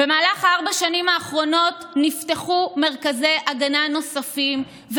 במהלך ארבע השנים האחרונות נפתחו מרכזי הגנה נוספים,